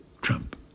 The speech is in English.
Trump